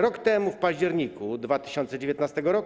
Rok temu, w październiku 2019 r.,